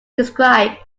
describe